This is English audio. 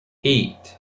eight